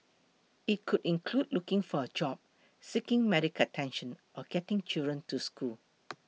it could include looking for a job seeking medical attention or getting children to school